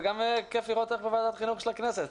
וגם כיף לראות אותך בוועדת החינוך של הכנסת.